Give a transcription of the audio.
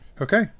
Okay